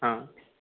हां